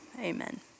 amen